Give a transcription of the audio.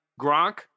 Gronk